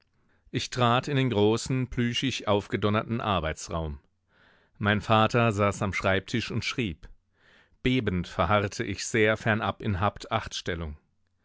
ich trat in den großen plüschig aufgedonnerten arbeitsraum mein vater saß am schreibtisch und schrieb bebend verharrte ich sehr fernab in